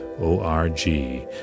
O-R-G